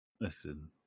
Listen